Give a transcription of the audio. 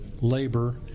labor